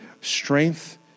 strength